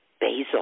Basil